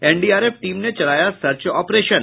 NDRF team ने चलाया search operation